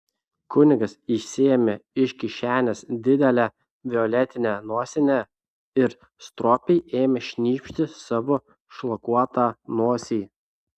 kunigas išsiėmė iš kišenės didelę violetinę nosinę ir stropiai ėmė šnypšti savo šlakuotą nosį